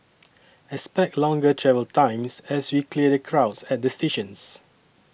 expect longer travel times as we clear the crowds at the stations